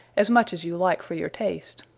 as much as you like for your taste,